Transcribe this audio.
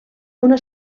una